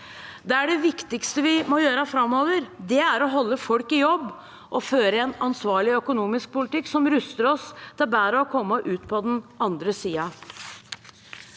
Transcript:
Det viktigste vi må gjøre framover, er å holde folk i jobb og føre en ansvarlig økonomisk politikk som ruster oss til å komme bedre ut på den andre siden.